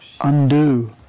undo